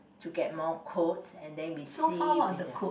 to get more quotes and then we see with the